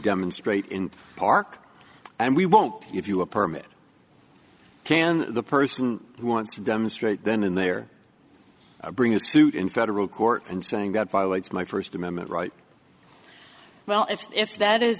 demonstrate in a park and we won't give you a permit can the person who wants to demonstrate then in there bring a suit in federal court and saying that violates my first amendment right well if if that i